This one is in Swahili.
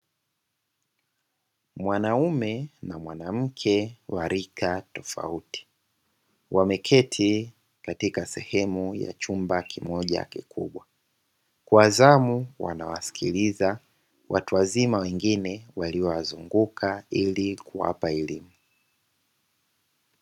Mwanamume na mwanamke, wa rika tofauti. Wameketi katika sehemu ya chumba kimoja kikubwa. Kwa zamu wanawasikiliza, watu wazima wengine waliowazunguka, ili kuwapa elimu.